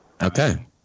Okay